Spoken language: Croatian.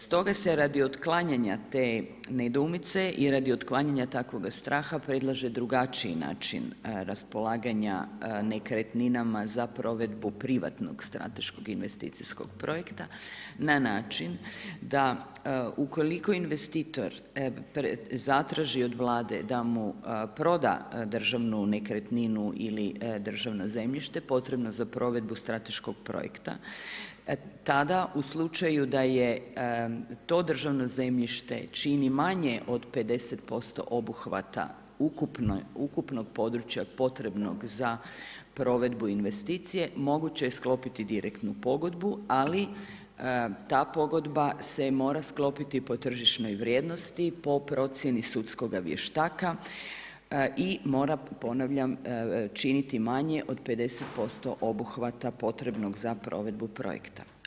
Stoga se radi otklanjanja te nedoumice i radi otklanjanja takvoga straha predlaže drugačiji način raspolaganja nekretninama za provedbu privatnog strateškog investicijskog projekta na način da ukoliko investitor zatraži od Vlade da mu proda državnu nekretninu ili državno zemljište potrebno za provedbu strateškog projekta tada u slučaju to državno zemljište čini manje od 50% obuhvata ukupnog područja potrebnog za provedbu investicije, moguće je sklopiti direktno pogodbu ali ta pogodba se mora sklopiti po tržišnoj vrijednosti, po procjeni sudskoga vještaka i mora, ponavljam, činiti manje od 50% obuhvata potrebnog za provedbu projekta.